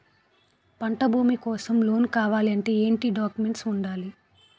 పంట భూమి కోసం లోన్ కావాలి అంటే ఏంటి డాక్యుమెంట్స్ ఉండాలి?